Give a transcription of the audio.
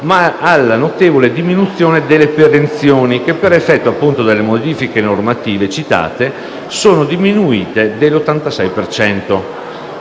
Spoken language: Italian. ma alla notevole diminuzione delle perenzioni che, per effetto delle modifiche normative citate, sono diminuite dell'86